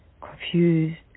confused